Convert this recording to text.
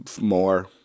more